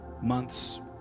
months